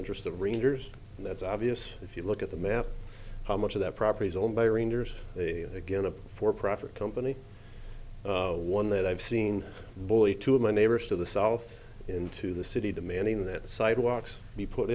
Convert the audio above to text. interest of rangers and that's obvious if you look at the map how much of that property is owned by rangers a again a for profit company one that i've seen two of my neighbors to the south into the city demanding that sidewalks be put